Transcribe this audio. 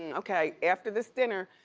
and okay, after this dinner,